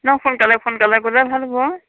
সোনকালে সোনকালে গ'লে ভাল হ'ব